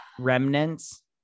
Remnants